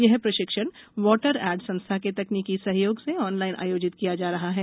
यह प्रशिक्षण WaterAid संस्था के तकनीकी सहयोग से ऑनलाइन आयोजित किया जा रहा है